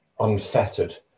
unfettered